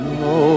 no